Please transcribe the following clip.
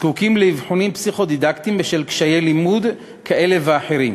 זקוקים לאבחונים פסיכו-דידקטיים בשל קשיי לימוד כאלה ואחרים